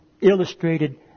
illustrated